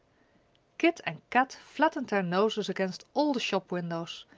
kit and kat flattened their noses against all the shop windows,